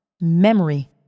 memory